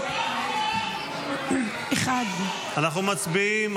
הסתייגות --- הסתייגות 1. אנחנו מצביעים,